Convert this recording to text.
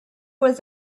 was